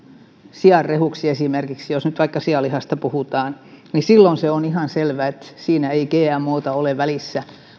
sianrehuksi jos nyt vaikka sianlihasta puhutaan silloin se on ihan selvä että siinä ei gmota ole välissä